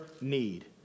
need